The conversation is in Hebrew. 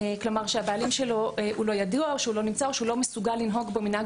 כלומר שהבעלים שלו לא ידוע או לא נמצא או לא מסוגל לנהוג בו מנהג